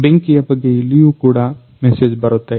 ಬೆಂಕಿಯ ಬಗ್ಗೆ ಇಲ್ಲಿಯೂ ಕೂಡ ಮೆಸೇಜ್ ಬರುತ್ತೆ